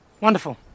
Wonderful